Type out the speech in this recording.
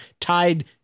tied